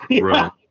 Right